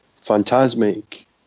Phantasmic